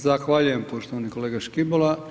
Zahvaljujem poštovani kolega Škibola.